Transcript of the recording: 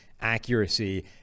accuracy